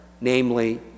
namely